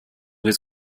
his